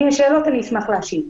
אם יש שאלות, אני אשמח להשיב.